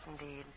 indeed